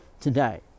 today